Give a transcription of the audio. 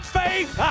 faith